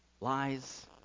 lies